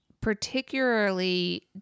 particularly